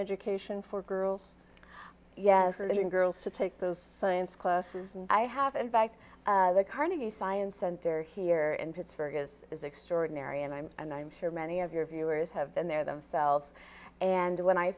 education for girls yes little girls to take those science classes and i have in fact the carnegie science center here in pittsburgh is is extraordinary and i'm and i'm sure many of your viewers have been there themselves and when i